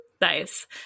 Nice